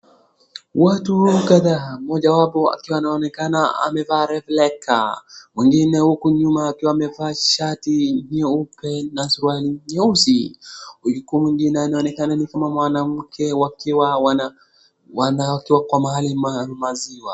Watu kadhaa mmojawapo akiwa anaonekana amevaa reflekta Mwingine huku nyuma akiwa amevaa shati nyeupe na suruali nyeusi. Huku mwingine anaonekana ni kama mwanamke wakiwa wana wana kwa mahali maziwa.